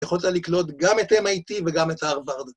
יכולת לקלוט גם את ה-MIT וגם את ה-Harvard.